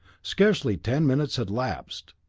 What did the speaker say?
scarcely ten minutes had elapsed,